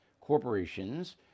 corporations